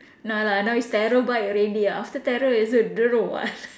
no lah now is terabyte already ah after tera is a don't know what